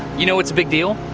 you know what's a big deal?